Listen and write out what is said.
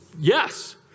Yes